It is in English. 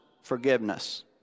forgiveness